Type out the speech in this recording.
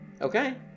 Okay